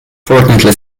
fortnightly